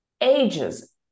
ages